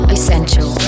Essential